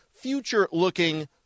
future-looking